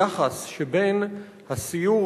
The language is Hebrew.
אני איחדתי שתי שאילתות וכבוד השר גם הסכים